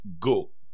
go